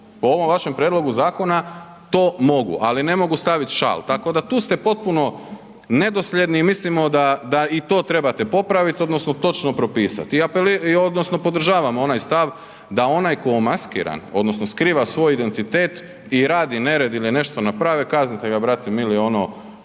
po ovom vašem prijedlogu zakona to mogu, ali ne mogu stavit šal, tako da tu ste potpuno nedosljedni i mislimo da, da i to trebate popravit odnosno točno propisat i apeliram odnosno podržavam onaj stav da onaj ko umaskiran odnosno skriva svoj identitet i radi nered ili nešto naprave kaznite ga brate mili ono